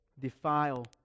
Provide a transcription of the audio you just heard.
defile